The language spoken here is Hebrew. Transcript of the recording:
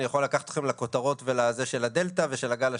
אני יכול לקחת אתכם לכותרות של הדלתא ושל הגל השלישי,